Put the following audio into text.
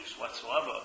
whatsoever